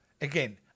Again